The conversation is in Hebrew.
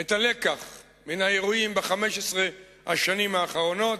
את הלקח מן האירועים ב-15 השנים האחרונות.